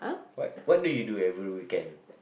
what what what do you do every weekend